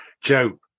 Joe